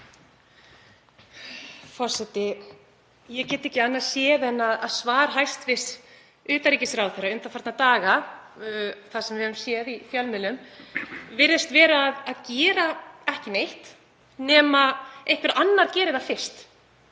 Forseti. Ég get ekki annað séð en að svar hæstv. utanríkisráðherra undanfarna daga, það sem við höfum séð í fjölmiðlum, virðist vera að gera ekki neitt nema einhver annar geri það fyrst.